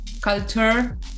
culture